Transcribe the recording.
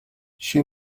she